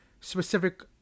specific